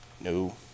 no